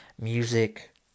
music